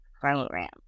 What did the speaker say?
program